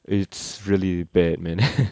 it's really bad man